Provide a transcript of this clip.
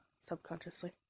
Subconsciously